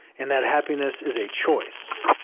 and that happiness is a choice.